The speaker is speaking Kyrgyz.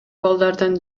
балдардын